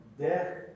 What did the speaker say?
death